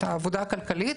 את העבודה הכלכלית.